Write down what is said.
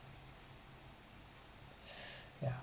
yeah